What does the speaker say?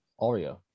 Oreo